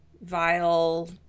Vile